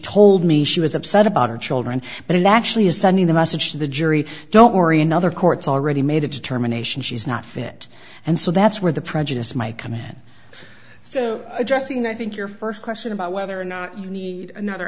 told me she was upset about her children but it actually is sending the message to the jury don't worry another court's already made a determination she's not fit and so that's where the prejudice my come at so addressing that i think your first question about whether or not you need another